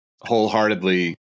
wholeheartedly